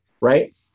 Right